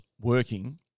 working